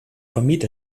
vermied